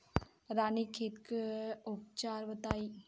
रानीखेत के उपचार बताई?